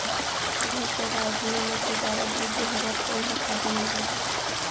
भैंस या गाय दुनो म से जादा दूध देहे बर कोन ह फायदामंद होही?